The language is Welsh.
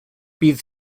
bydd